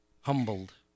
humbled